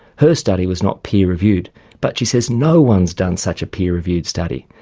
her study was not peer reviewed but she says no one's done such a peer reviewed study.